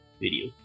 video